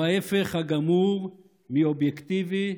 הוא ההפך הגמור מאובייקטיבי,